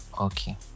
Okay